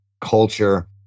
culture